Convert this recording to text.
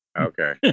Okay